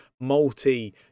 multi